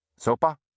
Sopa